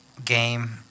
game